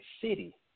city